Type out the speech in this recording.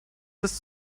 ist